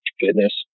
fitness